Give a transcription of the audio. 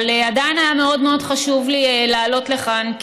אבל עדיין היה מאוד מאוד חשוב לי לעלות לכאן,